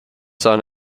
son